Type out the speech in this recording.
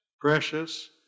precious